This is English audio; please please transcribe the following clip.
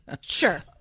Sure